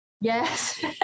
Yes